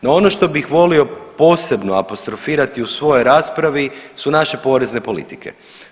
No, ono što bih volio posebno apostrofirati u svojoj raspravi su naše porezne politike.